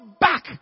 back